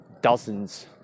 dozens